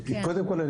קודם כל,